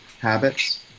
habits